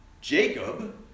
Jacob